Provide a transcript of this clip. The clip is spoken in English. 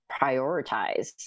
prioritize